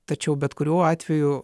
tačiau bet kuriuo atveju